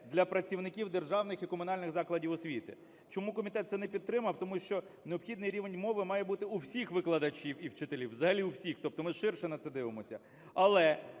для працівників державних і комунальних закладів освіти. Чому комітет це не підтримав? Тому що необхідний рівень мови має бути у всіх викладачів і вчителів, взагалі у всіх. Тобто ми ширше на це дивимося.